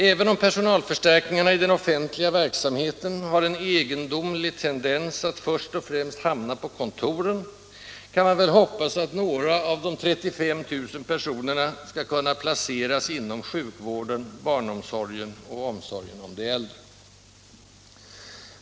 Även om personalförstärkningarna i den offentliga verksamheten har en egendomlig tendens att först och främst hamna på kontoren, kan man väl hoppas att några av de 35 000 personerna skall kunna placeras inom sjukvården, barnomsorgen och omsorgen om de äldre.